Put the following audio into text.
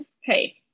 hey